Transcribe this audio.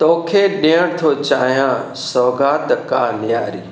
तोखे ॾियण थो चाहियां सौगात का न्यारी